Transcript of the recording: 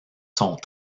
sont